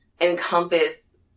encompass